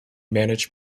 managed